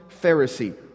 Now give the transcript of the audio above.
Pharisee